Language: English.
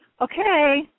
okay